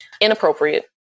Inappropriate